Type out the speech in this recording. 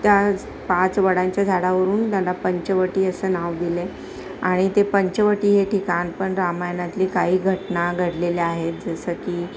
त्या पाच वडांच्या झाडावरून त्याला पंचवटी असं नाव दिले आणि ते पंचवटी हे ठिकाण पण रामायणातली काही घटना घडलेल्या आहेत जसं की